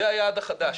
זה היעד החדש.